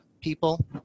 people